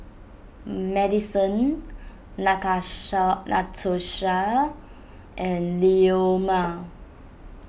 Maddison Natasha Natosha and Leoma